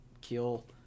kill